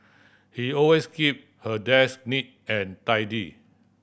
he always keep her desk neat and tidy